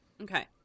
Okay